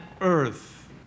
earth